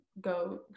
go